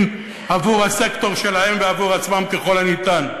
עבור הסקטור שלהם ועבור עצמם ככל הניתן,